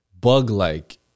bug-like